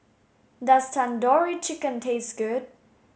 does Tandoori Chicken taste good